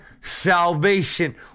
salvation